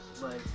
like-